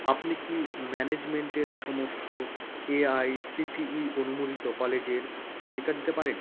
আপনি কি ম্যানেজমেন্টের সমস্ত এআইসিটিই অনুমোদিত কলেজের তালিকা দিতে পারেন